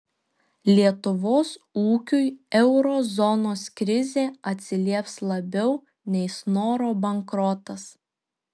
lietuvos ūkiui euro zonos krizė atsilieps labiau nei snoro bankrotas